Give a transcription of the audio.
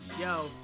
Yo